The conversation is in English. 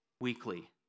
weekly